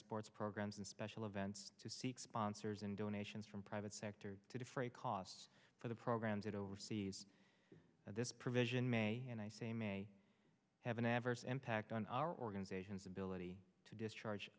sports programs and special events to seek sponsors and donations from private sector to defray costs for the programs that oversees this provision may and i say may have an adverse impact on our organization's ability to discharge